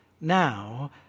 now